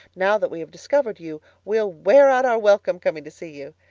now that we have discovered you we'll wear out our welcome coming to see you.